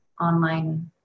online